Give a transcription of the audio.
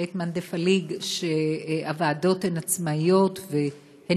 לית מאן דפליג שהוועדות הן עצמאיות והן